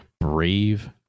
brave